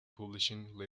publishing